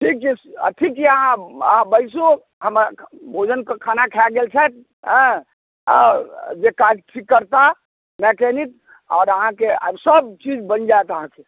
ठीक छै ठीक छियै अहाँ बैसू हमर भोजन खाना खाए गेल छथि हँ जे काज ठीक करता मैकेनिक आओर अहाँकेँ सब चीज बनि जाएत अहाँकेँ